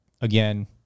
again